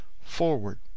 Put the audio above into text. FORWARD